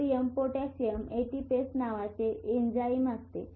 sodium potassium ATPase नावाचे enzyme असते